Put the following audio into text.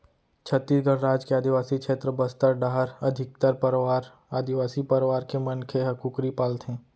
छत्तीसगढ़ राज के आदिवासी छेत्र बस्तर डाहर अधिकतर परवार आदिवासी परवार के मनखे ह कुकरी पालथें